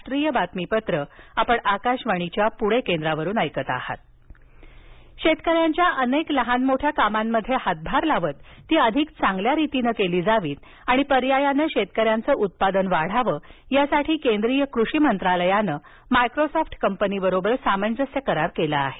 शेती प्रकल्प शेतकऱ्यांच्या अनेक लहानमोठ्या कामांमध्ये हातभार लावत ती अधिक चांगल्या रीतीने केली जावी आणि पर्यायानं शेतकऱ्यांचं उत्पादन वाढावं यासाठी केंद्रीय कृषी मंत्रालयानं मायक्रोसॉफ्ट कंपनीबरोबर सामंजस्य करार केला आहे